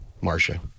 Marcia